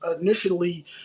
initially